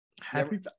Happy